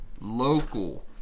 local